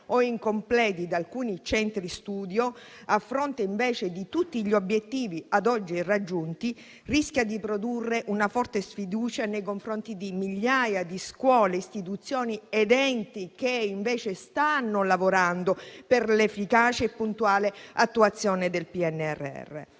o incompleti da alcuni centri studi, a fronte invece di tutti gli obiettivi ad oggi raggiunti, rischia di produrre una forte sfiducia nei confronti di migliaia di scuole, istituzioni ed enti che invece stanno lavorando per l'efficace e puntuale attuazione del PNRR.